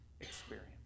experience